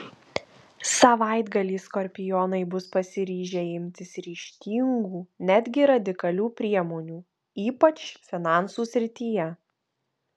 savaitgalį skorpionai bus pasiryžę imtis ryžtingų netgi radikalių priemonių ypač finansų srityje